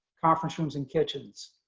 conference rooms and kitchens.